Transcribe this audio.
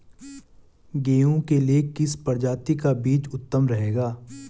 गेहूँ के लिए किस प्रजाति का बीज उत्तम रहेगा?